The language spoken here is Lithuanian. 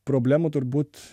problemų turbūt